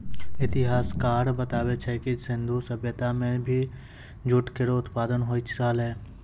इतिहासकार बताबै छै जे सिंधु सभ्यता म भी जूट केरो उत्पादन होय छलै